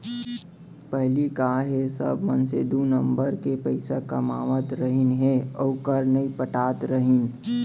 पहिली का हे सब मनसे दू नंबर के पइसा कमावत रहिन हे अउ कर नइ पटात रहिन